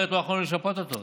אחרת לא יכולנו לשפות אותו.